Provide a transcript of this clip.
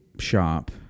shop